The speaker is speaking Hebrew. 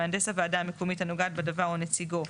מהנדס הוועדה המקומית הנוגעת בדבר או נציגו,